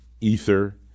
ether